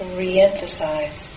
re-emphasize